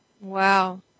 Wow